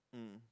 mm